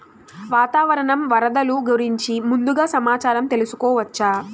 వాతావరణం వరదలు గురించి ముందుగా సమాచారం తెలుసుకోవచ్చా?